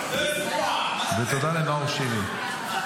ותודה לנאור שירי.